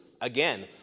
again